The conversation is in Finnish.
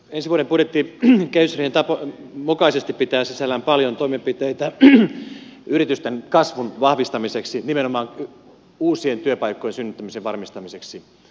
ensi vuoden budjetti kehysriihen mukaisesti pitää sisällään paljon toimenpiteitä yritysten kasvun vahvistamiseksi nimenomaan uusien työpaikkojen synnyttämisen varmistamiseksi